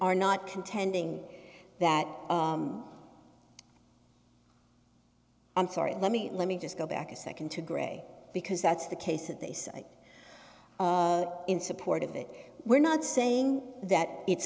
are not contending that i'm sorry let me let me just go back a nd to gray because that's the case that they cite in support of it we're not saying that it's